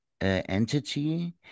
entity